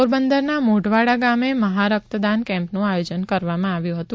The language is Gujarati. પોરબંદરના મોઢવાડા ગામે મહારક્તદાન કેમ્પનું આયોજન કરવામાં આવ્યું હતું